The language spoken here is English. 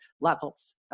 levels